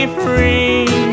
free